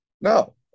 no